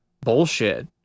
bullshit